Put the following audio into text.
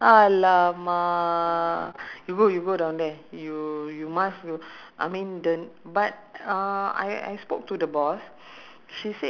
oh ya ya ya I have I'm I have that I I'm a rice person but if I cook if at home I prefer with uh dishes lah dishes